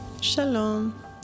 Shalom